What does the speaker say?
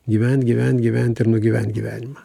gyvent gyvent gyvent ir nugyvent gyvenimą